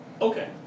Okay